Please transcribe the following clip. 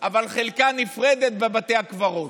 אבל חלקה נפרדת בבתי הקברות,